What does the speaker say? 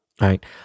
right